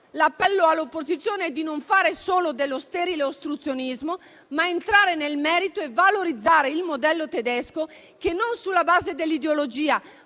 L'appello all'opposizione è di non fare solo uno sterile ostruzionismo, ma entrare nel merito e valorizzare il modello tedesco, che sulla base non dell'ideologia,